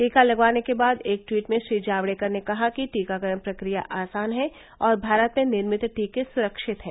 टीका लगवाने के बाद एक ट्वीट में श्री जावडेकर ने कहा कि टीकाकरण प्रक्रिया आसान है और भारत में निर्मित टीके सुरक्षित हैं